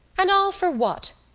and all for what?